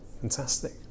fantastic